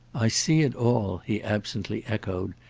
i see it all, he absently echoed,